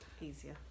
easier